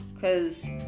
cause